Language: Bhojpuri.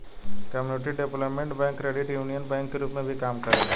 community development bank credit union bank के रूप में भी काम करेला